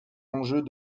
enjeux